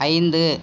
ஐந்து